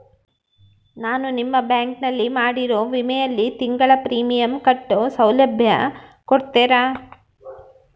ನಾನು ನಿಮ್ಮ ಬ್ಯಾಂಕಿನಲ್ಲಿ ಮಾಡಿರೋ ವಿಮೆಯಲ್ಲಿ ತಿಂಗಳ ಪ್ರೇಮಿಯಂ ಕಟ್ಟೋ ಸೌಲಭ್ಯ ಕೊಡ್ತೇರಾ?